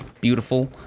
Beautiful